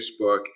Facebook